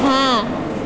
હા